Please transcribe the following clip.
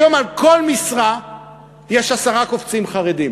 היום על כל משרה יש עשרה קופצים חרדים.